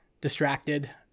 distracted